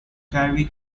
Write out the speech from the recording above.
carry